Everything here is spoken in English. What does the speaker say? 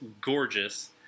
gorgeous